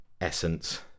essence